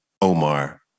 Omar